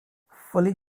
fully